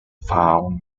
found